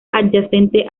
adyacente